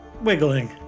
wiggling